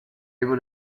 able